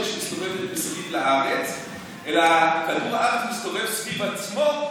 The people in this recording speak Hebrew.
מסתובבת מסביב לארץ אלא כדור הארץ מסתובב סביב עצמו,